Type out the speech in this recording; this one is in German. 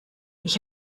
ich